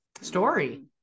story